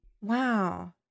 Wow